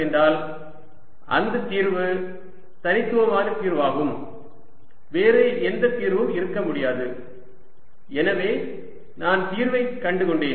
என்றால் அந்த தீர்வு தனித்துவமான தீர்வாகும் வேறு எந்த தீர்வும் இருக்க முடியாது எனவே நான் தீர்வை கண்டு கொண்டேன்